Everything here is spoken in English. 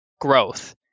growth